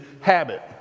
habit